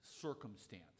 circumstance